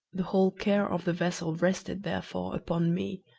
the whole care of the vessel rested, therefore, upon me,